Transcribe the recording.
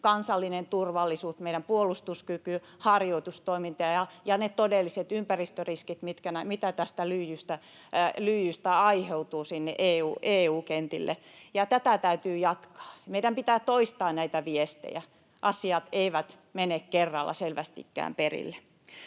kansallinen turvallisuus, meidän puolustuskyky, harjoitustoiminta ja ne todelliset ympäristöriskit, mitä lyijystä aiheutuu, sinne EU-kentille, ja tätä täytyy jatkaa. Meidän pitää toistaa näitä viestejä. Asiat eivät selvästikään mene